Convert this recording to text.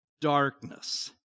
darkness